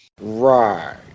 right